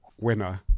Winner